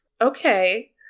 Okay